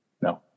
No